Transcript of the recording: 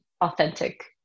authentic